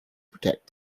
protect